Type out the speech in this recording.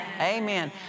Amen